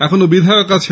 এখনও বিধায়ক আছেন